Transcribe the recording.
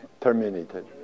terminated